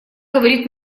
говорит